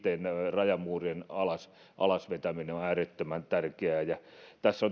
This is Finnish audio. rajamuurien alas alas vetäminen on äärettömän tärkeää ja tässä